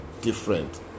different